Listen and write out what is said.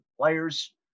players